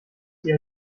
sie